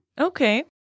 Okay